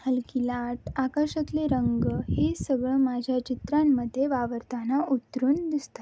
हलकी लाट आकार्शातले रंग हे सगळं माझ्या चित्रांमध्ये वावरताना उतरून दिसतात